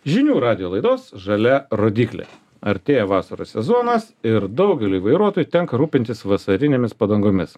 žinių radijo laidos žalia rodyklė artėja vasaros sezonas ir daugeliui vairuotojų tenka rūpintis vasarinėmis padangomis